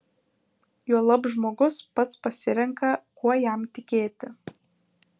juolab žmogus pats pasirenka kuo jam tikėti